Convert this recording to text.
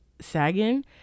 Sagan